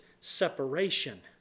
separation